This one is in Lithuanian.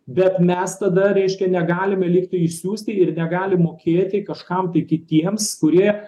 bet mes tada reiškia negalime likti išsiųsti ir negalim mokėti kažkam tai kitiems kurie